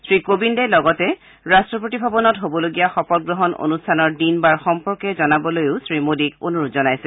শ্ৰীকোবিন্দে লগতে ৰট্টপতি ভৱনত হবলগীয়া শপতগ্ৰহণ অনুষ্ঠানৰ দিন বাৰ সম্পৰ্কে জনাবলৈও শ্ৰীমোদীক অনুৰোধ জনাইছে